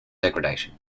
degradation